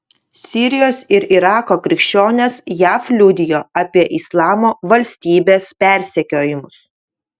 sirijos ir irako krikščionės jav liudijo apie islamo valstybės persekiojimus